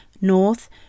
North